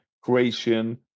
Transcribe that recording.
Croatian